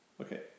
Okay